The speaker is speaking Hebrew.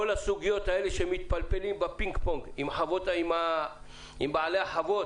כל הסוגיות האלה שמתפלפלים בפינג-פונג עם בעלי החוות,